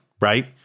right